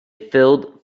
filled